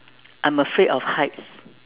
I'm afraid of heights